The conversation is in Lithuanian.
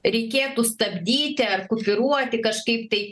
reikėtų stabdyti ar kupiūruoti kažkaip tai